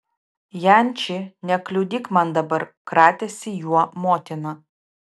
janči nekliudyk man dabar kratėsi juo motina